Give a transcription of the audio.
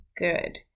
good